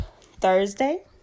Thursday